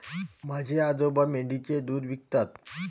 माझे आजोबा मेंढीचे दूध विकतात